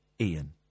Ian